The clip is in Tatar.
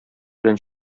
белән